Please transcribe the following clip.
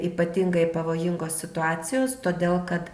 ypatingai pavojingos situacijos todėl kad